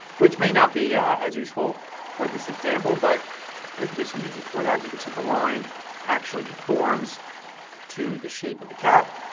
which may not be as useful for this example but there can be some uses for that. you can see that the line actually conforms to the shape of the cat.